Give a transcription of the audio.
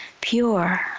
pure